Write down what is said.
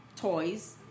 toys